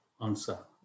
answer